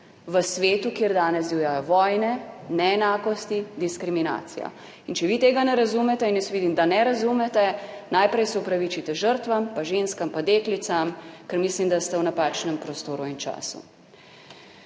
v svetu, kjer danes divjajo vojne, neenakosti, diskriminacija. In če vi tega ne razumete - in jaz vidim, da ne razumete -, najprej se opravičite žrtvam pa ženskam pa deklicam, ker mislim, da ste v napačnem prostoru in času.